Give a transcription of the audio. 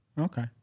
Okay